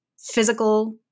physical